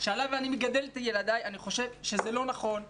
שעליו אני מגדל את ילדיי, אני חושב שזה לא נכון.